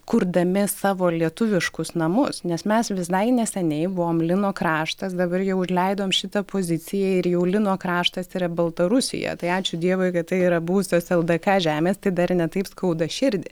kurdami savo lietuviškus namus nes mes visai neseniai buvom lino kraštas dabar jau užleidom šitą poziciją ir jau lino kraštas yra baltarusija tai ačiū dievui kad tai yra buvusios ldk žemės tai dar ne taip skauda širdį